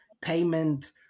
payment